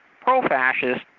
pro-fascist